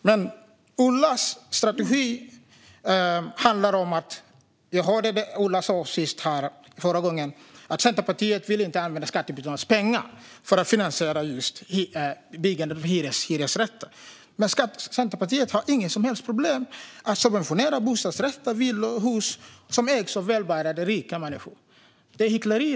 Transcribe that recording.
Som vi hörde handlar Olas strategi om att Centerpartiet inte vill använda skattebetalarnas pengar för att finansiera byggande av hyresrätter. Men Centerpartiet har inga som helst problem med att subventionera bostadsrätter, villor och hus som ägs av välbärgade, rika människor. Det är hyckleri.